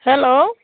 hello